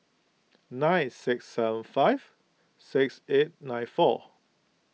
nine six seven five six eight nine four